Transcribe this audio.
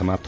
समाप्त